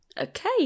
okay